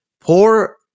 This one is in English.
poor